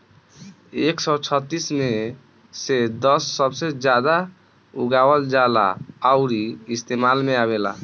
एक सौ छत्तीस मे से दस सबसे जादा उगावल जाला अउरी इस्तेमाल मे आवेला